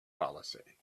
policy